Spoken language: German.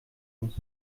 muss